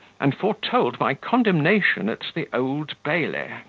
and foretold my condemnation at the old bailey.